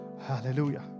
hallelujah